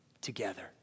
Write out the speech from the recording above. together